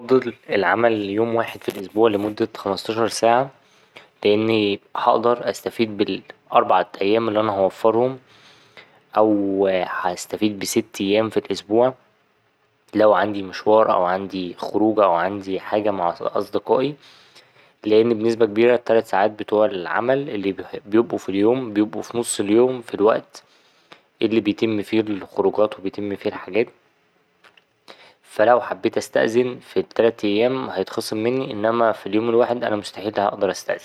أفضل العمل ليوم واحد في الأسبوع لمدة خمستاشر ساعة، لأني هقدر أستفيد بالأربعة أيام اللي أنا هوفرهم أو هستفيد بست أيام في الأسبوع لو عندي مشوار أو عندي خروجة أو عندي حاجة مع أصدقائي لأن بنسبة كبيرة التلت ساعات بتوع العمل اللي بيبقوا في اليوم بيبقوا في نص اليوم في الوقت اللي بيتم فيه الخروجات وبيتم فيه الحاجات فا لو حبيت استأذن في التلت تيام هيتخصم مني إنما في اليوم الواحد أنا مستحيل هقدر اتأذن.